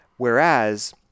Whereas